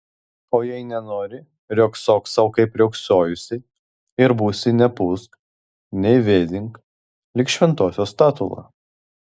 o jei nenori riogsok sau kaip riogsojusi ir būsi nei pūsk nei vėdink lyg šventosios statula